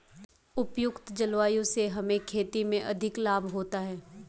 उपयुक्त जलवायु से हमें खेती में अधिक लाभ होता है